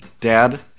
Dad